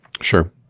Sure